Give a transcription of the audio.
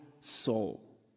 soul